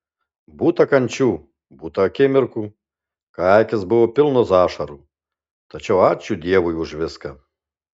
būta kančių būta akimirkų kai akys buvo pilnos ašarų tačiau ačiū dievui už viską